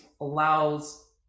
allows